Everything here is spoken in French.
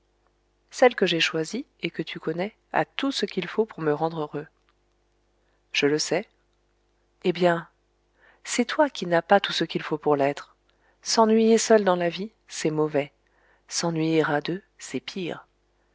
celle que j'ai choisie et que tu connais a tout ce qu'il faut pour me rendre heureux je le sais eh bien c'est toi qui n'as pas tout ce qu'il faut pour l'être s'ennuyer seul dans la vie c'est mauvais s'ennuyer à deux c'est pire